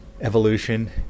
evolution